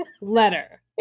letter